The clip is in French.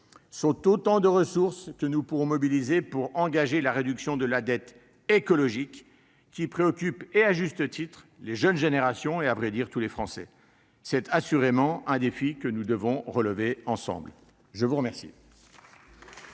sont autant de ressources que nous pourrons mobiliser pour engager la réduction de la dette écologique, qui préoccupe à juste titre les jeunes générations et, à vrai dire, tous les Français. C'est assurément un défi que nous devons relever ensemble. La parole